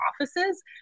offices